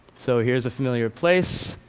so here's a familiar place.